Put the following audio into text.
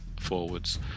forwards